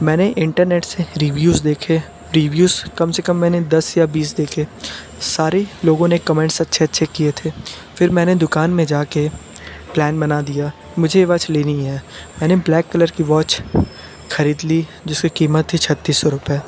मैंने इंटरनेट से रिव्यूज़ देखे रिव्यूज़ कम से कम मैंने दस या बीस देखें सारे लोगों ने कमेंट्स अच्छे अच्छे किए थे फिर मैंने दुकान में जाके प्लान बना दिया मुझे ये वॉच लेनी ही है मैंने ब्लैक कलर की वॉच खरीद ली जिसकी कीमत थी छत्तीस सौ रुपए